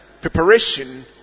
preparation